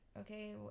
okay